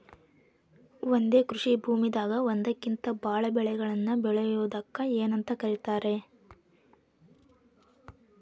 ಒಂದೇ ಕೃಷಿ ಭೂಮಿದಾಗ ಒಂದಕ್ಕಿಂತ ಭಾಳ ಬೆಳೆಗಳನ್ನ ಬೆಳೆಯುವುದಕ್ಕ ಏನಂತ ಕರಿತಾರೇ?